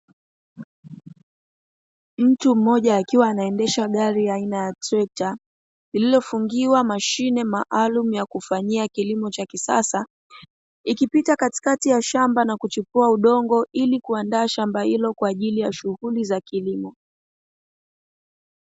Mtu mmoja akiwa anaendesha gari aina ya trekta lililofungiwa mashine maalumu ya kufanyia kilimo cha kisasa, ikipita katikati ya shamba na kuchukua udongo ili kuandaa shamba ilo kwa ajili ya shughuli za kilimo.